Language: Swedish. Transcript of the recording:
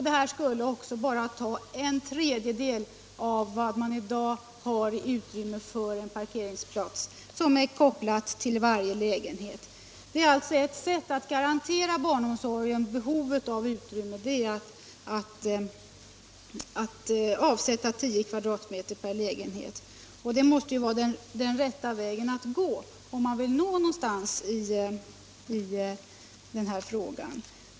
Det skulle kräva bara en tredjedel av det utrymme som man i dag har avsatt för en parkeringsplats, kopplad till varje lägenhet. Ett sätt att tillgodose barnomsorgens behov av utrymme är att avsätta 10 m? per lägenhet. Det måste vara den rätta vägen att gå, om man vill nå någonstans i denna fråga.